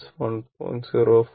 04 1